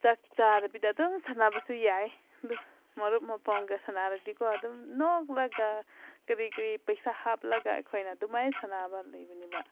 ꯆꯥꯛ ꯆꯥꯗꯕꯤꯗ ꯑꯗꯨꯝ ꯁꯥꯟꯅꯕꯁꯨ ꯌꯥꯏ ꯑꯗꯨ ꯃꯔꯨꯞ ꯃꯄꯥꯡꯒ ꯁꯥꯟꯅꯔꯗꯤꯀꯣ ꯑꯗꯨꯝ ꯅꯣꯛꯂꯒ ꯀꯔꯤ ꯀꯔꯤ ꯄꯩꯁꯥ ꯍꯥꯞꯂꯒ ꯑꯩꯈꯣꯏꯅ ꯑꯗꯨꯃꯥꯏ ꯁꯥꯟꯅꯕ ꯂꯩꯕꯅꯦꯕ